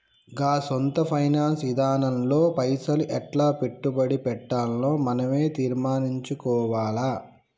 గా సొంత ఫైనాన్స్ ఇదానంలో పైసలు ఎట్లా పెట్టుబడి పెట్టాల్నో మనవే తీర్మనించుకోవాల